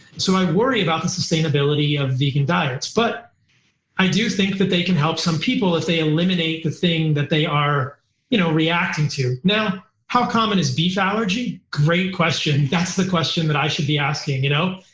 so i worry about the sustainability of vegan diets, but i do think that they can help some people if they eliminate the thing that they are you know reacting to. now, how common is beef allergy? great question. that's the question that i should be asking. you know?